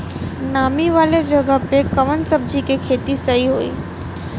नामी वाले जगह पे कवन सब्जी के खेती सही होई?